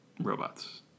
robots